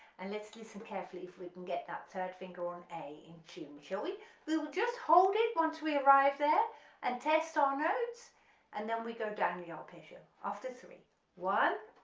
and let's listen carefully if we can get that third finger on a in tune shall we. we will just hold it once we arrive there and test our notes and then we go down the arpeggio after three one,